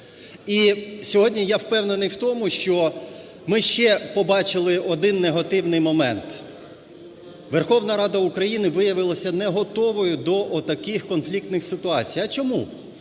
І сьогодні я впевнений в тому, що ми ще побачили один негативний момент: Верховна Рада України виявилася не готовою до отаких конфліктних ситуацій. А чому?